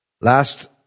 Last